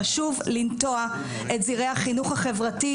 חשוב לנטוע את זרעי החינוך החברתי,